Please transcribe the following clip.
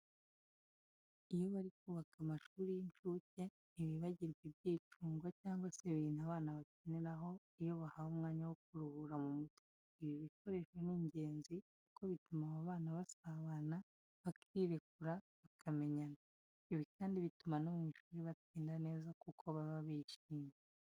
Iyo bari kubaka amashuri y'incuke ntibibagirwa ibyicungo cyangwa se ibintu abana bakiniraho iyo bahawe umwanya wo kuruhura mu mutwe. Ibi bikoresho ni ingenzi kuko bituma aba bana basabana, bakirekura, bakamenyana. Ibi kandi bituma no mu ishuri batsinda neza kuko baba bishyimye.